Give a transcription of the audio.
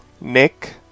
nick